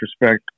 respect